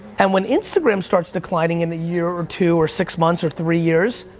and when instagram starts declining in a year or two or six months, or three years,